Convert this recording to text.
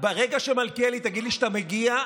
ברגע שתגיד לי שאתה מגיע,